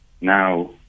now